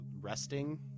resting